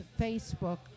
Facebook